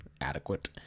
adequate